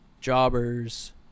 Jobbers